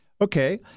okay